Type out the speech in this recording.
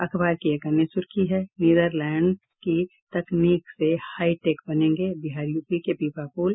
अखबार की एक अन्य सुर्खी है नीदरलैंड्स की तकनीक से हाई टेक बनेंगे बिहार यूपी के पीपापुल